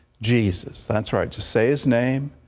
jesus that's right, just say his name.